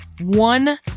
one